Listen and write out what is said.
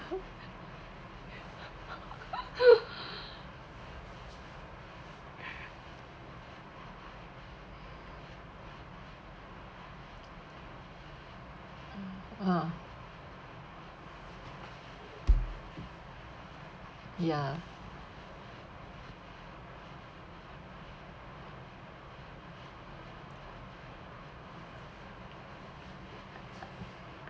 ah ya